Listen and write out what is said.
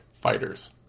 fighters